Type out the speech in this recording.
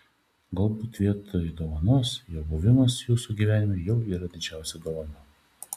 galbūt vietoj dovanos jo buvimas jūsų gyvenime jau yra didžiausia dovana